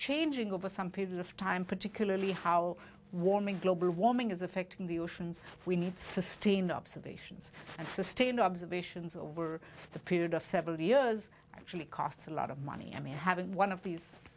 changing over some period of time particularly how warming global warming is affecting the oceans we need sustained observations and sustained observations over the period of several years actually costs a lot of money i mean having one of these